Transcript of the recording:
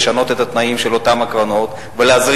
לשנות את התנאים של אותן הקרנות ולהזרים